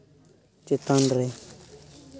ᱪᱮᱛᱟᱱ ᱨᱮ